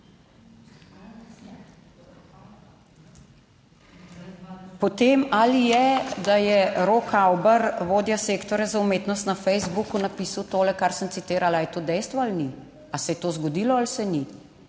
Potem ali je, da je Rok Avber, vodja sektorja za umetnost na Facebooku napisal tole, kar sem citirala, je to dejstvo ali ni, ali se je to zgodilo ali se ni.